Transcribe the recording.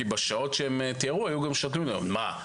בשעות שהם תיארו היו גם שעות לימודים: מה,